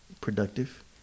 productive